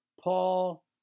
Paul